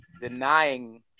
denying